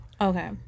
Okay